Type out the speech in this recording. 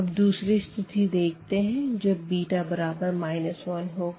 अब दूसरी स्थिति देखते है जब β 1होगा